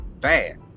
bad